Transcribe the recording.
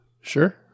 Sure